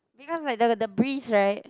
because like the the breeze right